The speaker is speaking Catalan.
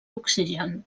oxigen